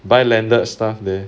buy landed stuff there